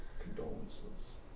condolences